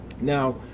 Now